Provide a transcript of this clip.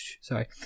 sorry